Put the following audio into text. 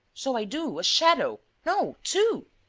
so i do a shadow. no, two!